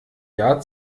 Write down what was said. jahr